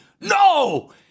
No